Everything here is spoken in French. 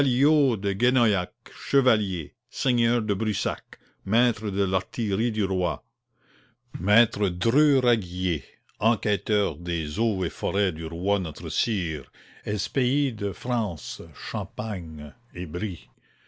chevalier seigneur de brussac maître de l'artillerie du roi maître dreux raguier enquesteur des eaux et forêts du roi notre sire ès pays de france champagne et brie